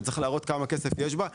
וצריך להראות כמה יש בה.